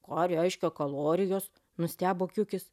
ką reiškia kalorijos nustebo kiukis